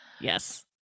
yes